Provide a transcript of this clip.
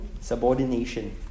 subordination